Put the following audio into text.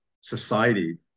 society